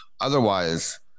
otherwise